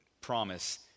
promise